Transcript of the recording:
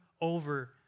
over